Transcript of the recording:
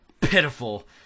Pitiful